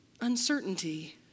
uncertainty